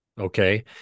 Okay